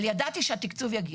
אבל ידעתי שהתקצוב יגיע.